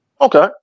Okay